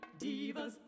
divas